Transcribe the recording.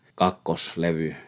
kakkoslevy